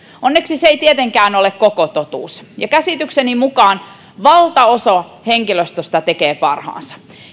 onneksi se ei tietenkään ole koko totuus ja käsitykseni mukaan valtaosa henkilöstöstä tekee parhaansa